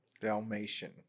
Dalmatian